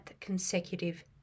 consecutive